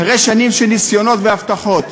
אחרי שנים של ניסיונות והבטחות,